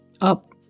up